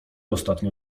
ostatnio